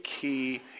key